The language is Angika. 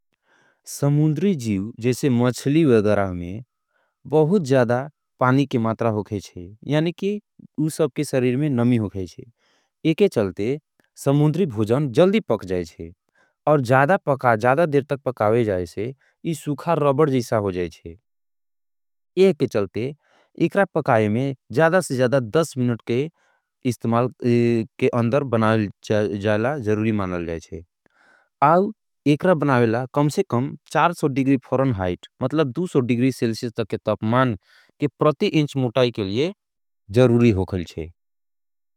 समुद्री जीव जैसे मछली वे गराह में बहुत जादा पानी के मात्रा होगे जैसे यानि की उसब के सरीर में नमी होगे जैसे एके चलते समुद्री भोजान जल्दी पक जैसे और जादा पका जादा देर तक पकावे जैसे इस सुखा रोबर जीसा हो जैसे एके चलते एकरा पकावे में जादा से जादा दस मिनुट के इस्तमाल के अंदर बनाये जाएला जरूरी मानाल जैसे आउ एकरा बनायेला कम से कम डिग्री फ़रण हाइट मतलब डिग्री सिल्सिस तके तप मान के प्रती इंच मुटाई के लिए जरूरी होगल छे।